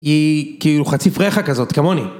היא כאילו חצי פרחה כזאת, כמוני.